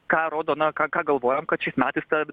ką rodo na ką ką galvojam kad šiais metais tą